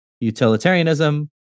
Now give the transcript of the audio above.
Utilitarianism